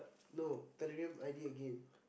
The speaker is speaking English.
no Telegram i_d again